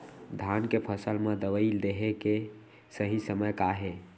धान के फसल मा दवई देहे के सही समय का हे?